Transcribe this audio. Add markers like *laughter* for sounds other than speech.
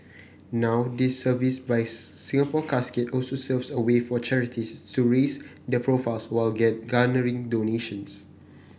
now this service by *unintelligible* Singapore Casket also serves as a way for charities to raise their profiles while garnering donations